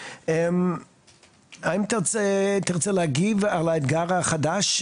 האם תרצה להגיב על האתגר החדש,